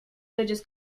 reyes